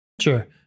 Sure